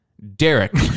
Derek